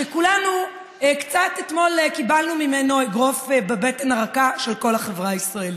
שכולנו אתמול קצת קיבלנו ממנו אגרוף בבטן הרכה של כל החברה הישראלית.